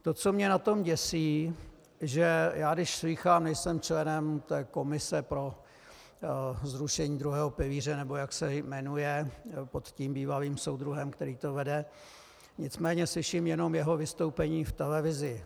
To, co mě na tom děsí, že když slýchám nejsem členem té komise pro zrušení druhého pilíře, nebo jak se jmenuje, pod tím bývalým soudruhem, který to vede, nicméně slyším jenom jeho vystoupení v televizi.